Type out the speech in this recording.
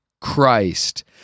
Christ